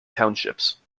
townships